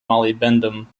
molybdenum